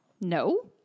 No